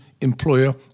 employer